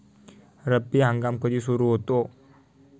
रब्बी हंगाम कधी सुरू होतो?